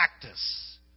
practice